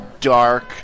dark